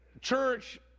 church